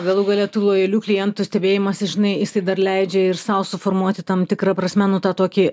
galų gale tų lojalių klientų stebėjimas jis žinai jisai dar leidžia ir sau suformuoti tam tikra prasme nu tą tokį